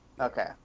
Okay